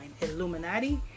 Illuminati